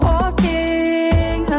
Walking